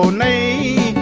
may,